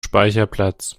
speicherplatz